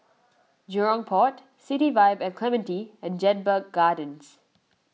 Jurong Port City Vibe at Clementi and Jedburgh Gardens